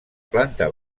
planta